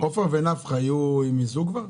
עופר ונפחא יהיו כבר עם מיזוג?